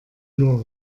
nur